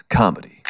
comedy